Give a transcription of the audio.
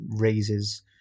raises